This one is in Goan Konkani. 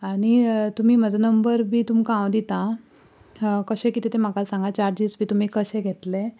आनी तुमी म्हाजो नंबर बी तुमकां हांव दितां कशें किदें तें म्हाका सांगा चार्जीस बी तुमी कशे घेतले